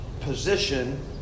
position